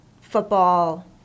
football